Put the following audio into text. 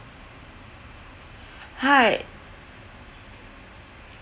hi